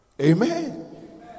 Amen